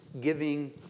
giving